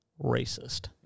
Racist